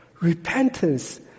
repentance